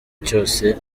cyose